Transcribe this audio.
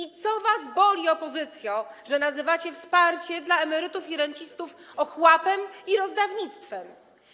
I co was boli, opozycjo, że nazywacie wsparcie dla emerytów i rencistów ochłapem i rozdawnictwem?